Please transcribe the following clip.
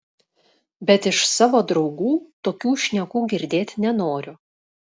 bet iš savo draugų tokių šnekų girdėt nenoriu